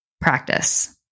practice